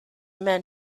men